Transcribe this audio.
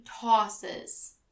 tosses